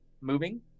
moving